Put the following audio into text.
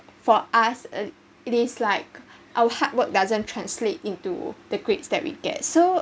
for us it is like our hard work doesn't translate into the grades that we get so